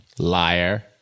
liar